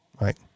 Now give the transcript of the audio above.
right